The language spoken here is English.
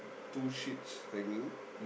two sheets hanging